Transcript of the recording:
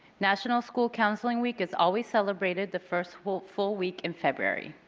national school counseling week is always celebrated the first full full week in february.